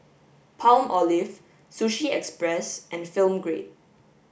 Palmolive Sushi Express and Film Grade